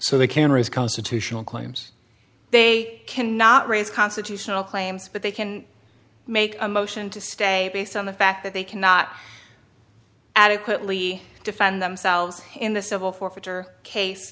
claims they cannot raise constitutional claims but they can make a motion to stay based on the fact that they cannot adequately defend themselves in the civil forfeiture case